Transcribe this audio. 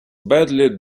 badly